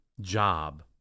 job